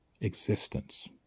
existence